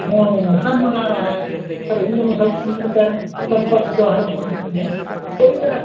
हाँ सब मना रहे हैं सब हिन्दू मुसलमान मिलकर सब पर्व त्यौहार कई तरह के